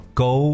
go